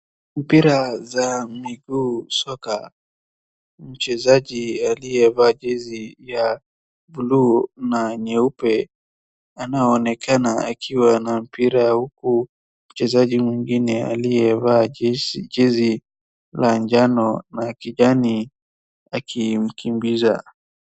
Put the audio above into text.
Mpira wa miguu soka, mchezaji aliyevaa jezi ya buluu, na nyeupe, anaonekana akiwa na mpira huku, mchezaji mwingine aliyevaa jezi la njano na kijani, akimkimbiza.